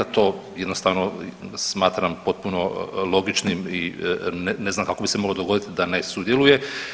To jednostavno smatram potpuno logičnim i ne znam kako bi se moglo dogoditi da ne sudjeluje.